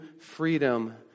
freedom